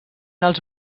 els